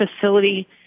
facility